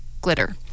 glitter